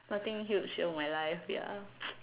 nothing huge in my life ya